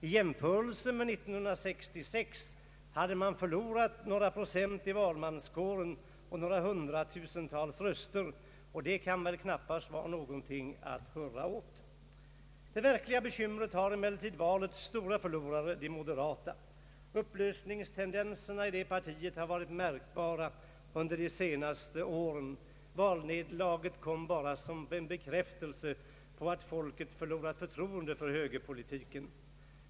I jämförelse med 1966 hade man förlorat några procent av valmanskåren och några hundratusen röster, och det kan väl knappast vara någonting att hurra över. Det verkliga bekymret har emellertid valets stora förlorare, de moderata. Upplösningstendenserna i det partiet har varit märkbara under de senaste åren. Valnederlaget kom bara som en bekräftelse på att folket förlorat förtroendet för högerpolitiken.